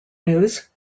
news